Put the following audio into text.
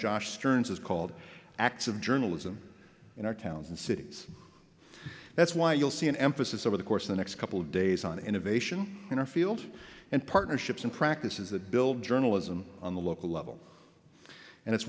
josh stearns has called acts of journalism in our towns and cities that's why you'll see an emphasis over the course the next couple of days on innovation in our field and partnerships and practices that build journalism on the local level and